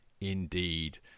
indeed